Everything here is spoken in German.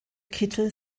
kittel